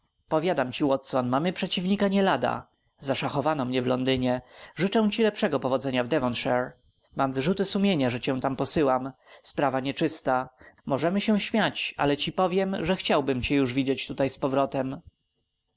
powiadam ci watson mamy przeciwnika nielada zaszachowano mnie w londynie życzę ci lepszego powodzenia w devonshire mam wyrzuty sumienia że cię tam posyłam sprawa nieczysta możemy się śmiać ale ci powiem że chciałbym cię już widzieć tutaj z powrotem